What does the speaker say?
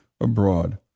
abroad